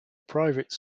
private